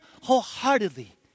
wholeheartedly